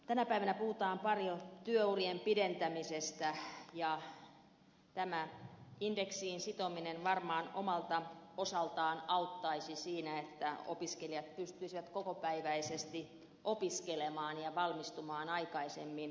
tänä päivänä puhutaan paljon työurien pidentämisestä ja tämä indeksiin sitominen varmaan omalta osaltaan auttaisi siinä että opiskelijat pystyisivät kokopäiväisesti opiskelemaan ja valmistumaan aikaisemmin ammattiin